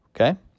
Okay